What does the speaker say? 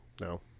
no